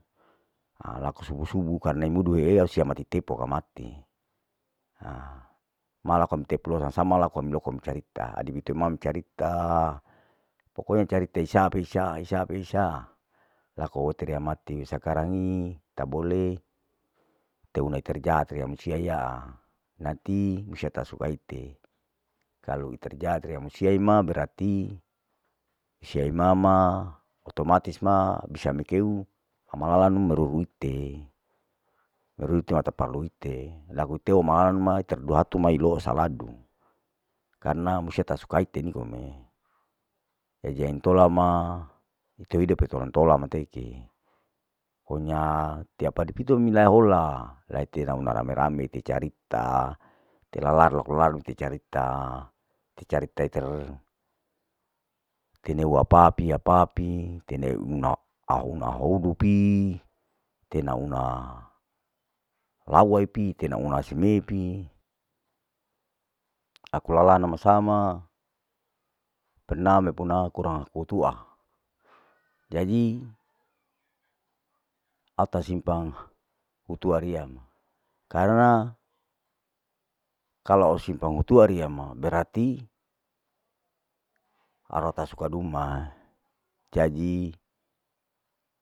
Alaku subu subu karna imudu hiea sia mati tepo au mati, hamalakum miteplo sama sama laku ami loko mi carta adipito ma micarita, pokonya carita isa pei isaa, isaa pei isaa, laku eteria mati sakarangi tabole teuna iter jate riya musia iya, nanti musia ta suka ite, kalu iterjate riya musia ima berarti sia imama otomatis ma bisa mi keu, hamalalanu meruru ite, meruru ite ma taperlu ite, laku ite mahanu mai louhatu mai loho saladu, karna musia tasuka ite nikome, jadi intola ma, ite weida pa tolan tola mateeke, pokonya tiap hadi pito minahola leate launa rame rame te carita ite lalar loko lale tecarita, terita iter tenuapa pi, piapa pi, tena una ahuna hodu pi, tena una lawai pi, tena una semei pi, aku alanu sama sama, perna mepuna kurang aku tua, jadi au tasimpang hutuaria ma, karna kalau au simpang hutuaria ma karena kalu simpang tuari ama berarti awa ta suka duma jadi.